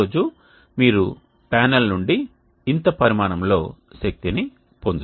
ప్రతి రోజు మీరు ప్యానెల్ నుండి ఇంత పరిమాణంలో శక్తిని పొందుతారు